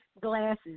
glasses